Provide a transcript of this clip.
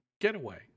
getaway